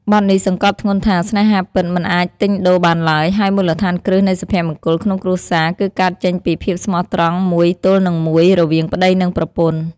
បទនេះសង្កត់ធ្ងន់ថា ស្នេហាពិតមិនអាចទិញដូរបានឡើយ ហើយមូលដ្ឋានគ្រឹះនៃសុភមង្គលក្នុងគ្រួសារគឺកើតចេញពី ភាពស្មោះត្រង់មួយទល់នឹងមួយរវាងប្តីនិងប្រពន្ធ។